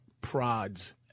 Prods